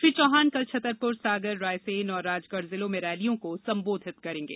श्री चौहान कल छतरपुर सागर रायसेन और राजगढ़ जिलों में रैलियों को संबोधित करेंगे